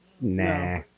Nah